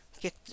get